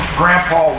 grandpa